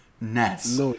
Ness